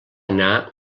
anar